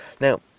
Now